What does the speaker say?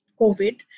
COVID